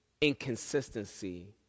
inconsistency